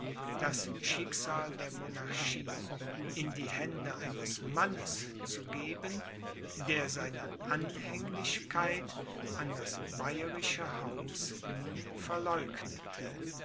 das schicksal der monarchie in die hände eines mannes zu geben der seine anhänglichkeit an das bayerische haus nie verleugnete